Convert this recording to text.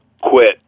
Quit